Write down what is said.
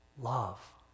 love